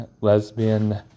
lesbian